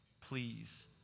please